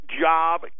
job